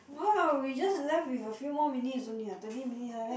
no lah we just left with a few more minutes only ah twenty minutes like that